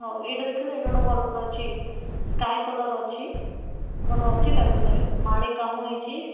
ହଉ ଏଇଟା ଦେଖିଲେ ଏଇଟା ଗୋଟେ ଭଲ ଅଛି ସ୍କାଏ କଲର୍ ଅଛି ଭଲ ଅଛି ତା'ଭିତରେ ମାଳି କାମ ହେଇଛି